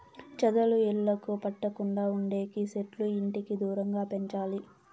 చెదలు ఇళ్లకు పట్టకుండా ఉండేకి సెట్లు ఇంటికి దూరంగా పెంచాలి